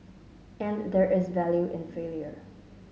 and there is value in failure